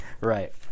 right